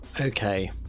okay